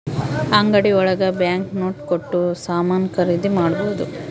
ಅಂಗಡಿ ಒಳಗ bank note ಕೊಟ್ಟು ಸಾಮಾನ್ ಖರೀದಿ ಮಾಡ್ಬೋದು